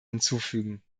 hinzufügen